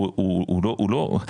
הוא לא,